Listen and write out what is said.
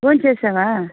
భోం చేసావా